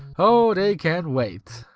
oh, they can wait.